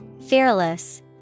Fearless